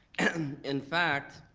and in fact,